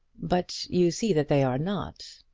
but you see that they are not.